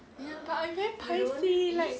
ya but I very paiseh like